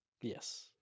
Yes